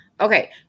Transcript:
Okay